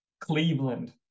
Cleveland